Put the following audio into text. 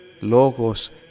logos